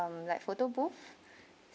um like photo booth